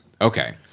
okay